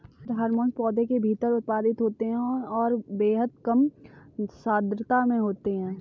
plant hormone पौधों के भीतर उत्पादित होते हैंऔर बेहद कम सांद्रता में होते हैं